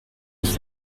ich